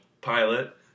Pilot